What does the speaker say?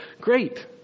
Great